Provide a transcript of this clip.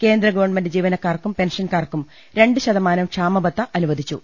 കേന്ദ്ര ഗവൺമെന്റ് ജീവനക്കാർക്കും പെൻഷൻകാർക്കും രണ്ട് ശതമാനം ക്ഷാമബത്ത അനുവദിച്ചു